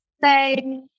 say